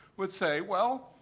would say, well,